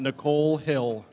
nicole hill